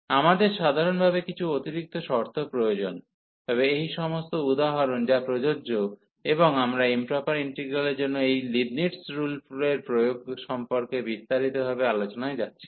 আমাদের সাধারণভাবে কিছু অতিরিক্ত শর্ত প্রয়োজন তবে এই সমস্ত উদাহরণ যা প্রযোজ্য এবং আমরা ইম্প্রপার ইন্টিগ্রালের জন্য এই লিবনিটজ রুলের প্রয়োগ সম্পর্কে বিস্তারিতভাবে আলোচনায় যাচ্ছি না